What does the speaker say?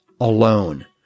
alone